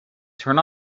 turn